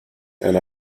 and